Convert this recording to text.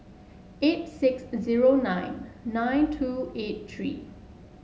eight six zero nine nine two eight three